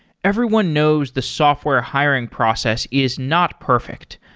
everyone knows the software hiring process is not perfect.